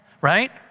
right